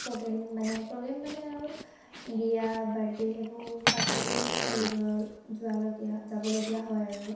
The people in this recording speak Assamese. প্ৰগ্ৰেম মানে প্ৰগেম মানে আৰু বিয়া বাৰ্থডে' সেইবোৰ পাতিলেই কৰিব যোৱা লগীয়া যাবলগীয়া হয় আৰু